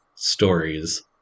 stories